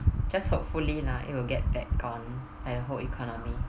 just hopefully lah it will get back on I hope economy